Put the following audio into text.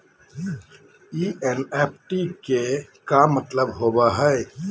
NEFT के का मतलव होव हई?